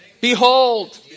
Behold